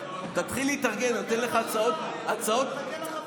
אני מחכה לחפיפה.